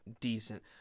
decent